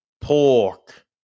pork